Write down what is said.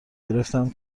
گرفتم